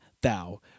thou